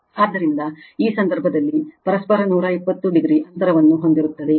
r ಆದ್ದರಿಂದ ಈ ಸಂದರ್ಭದಲ್ಲಿ ಪರಸ್ಪರ 120 o ಅಂತರವನ್ನು ಹೊಂದಿರುತ್ತದೆ